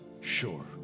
sure